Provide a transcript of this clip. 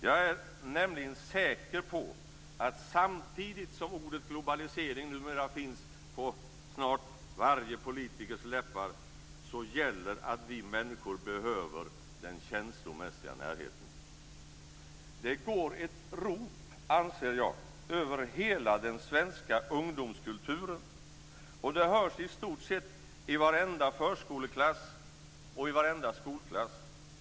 Jag är nämligen säker på att samtidigt som ordet globalisering numera finns på snart varje politikers läppar så gäller att vi människor behöver den känslomässiga närheten. Det går ett rop, anser jag, över hela den svenska ungdomskulturen. Det hörs i stort sett i varenda förskoleklass och i varenda skolklass.